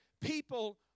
people